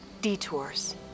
detours